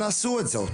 אנא עשו זאת.